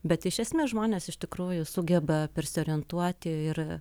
bet iš esmės žmonės iš tikrųjų sugeba persiorientuoti ir